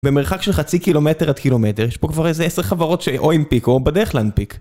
במרחק של חצי קילומטר עד קילומטר יש פה כבר איזה עשר חברות שאו הנפיקו או בדרך להנפיק